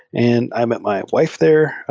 and i met my wife there.